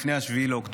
לפני 7 באוקטובר,